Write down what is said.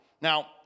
Now